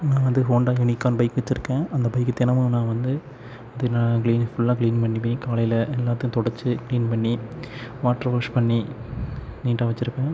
நான் வந்து Honda Unicorn bike வச்சிருக்கேன் அந்த பைக்கை தினமும் நான் வந்து வந்து நான் க்ளீனு ஃபுல்லாக க்ளீன் பண்ணுவேன் காலையில் எல்லாத்தையும் துடச்சு க்ளீன் பண்ணி வாட்டர் வாஷ் பண்ணி நீட்டாக வச்சிருப்பேன்